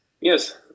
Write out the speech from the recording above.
Yes